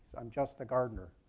i'm just the gardener.